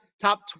top